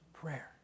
prayer